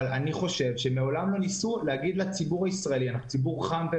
אני חושב שמעולם לא ניסו לעצב אירועים בצורה שונה.